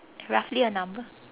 roughly a number